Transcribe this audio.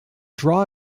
draw